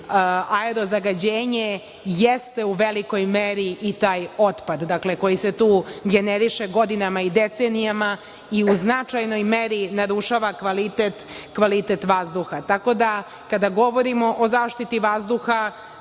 aero zagađenje jeste u velikoj meri i taj otpad, koji se tu generiše godinama i decenijama i u značajnoj meri narušava kvalitet vazduha. Tako da, kada govorimo o zaštiti vazduha